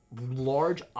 large